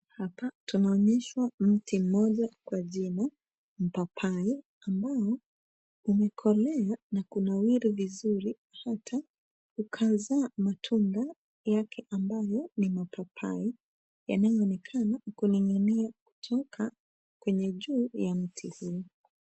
Hapa tunaonyeshwa mti moja kwa jina, mpapai, ambao umekolea na kunawiri vizuri ukazaa matunda yake ambayo ni mapapai yanayoonekana kuning'inia kutoka kwenye juu ya mti huu.